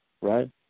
right